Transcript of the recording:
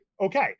okay